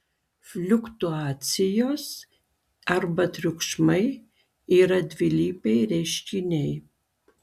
fliuktuacijos arba triukšmai yra dvilypiai reiškiniai